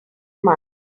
month